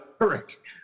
Eric